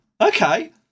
okay